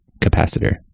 capacitor